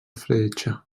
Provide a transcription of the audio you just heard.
fletxa